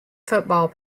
football